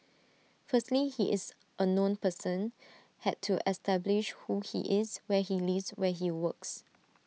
firstly he is A known person had to establish who he is where he lives where he works